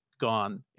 gone